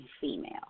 female